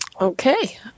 Okay